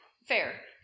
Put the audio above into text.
Fair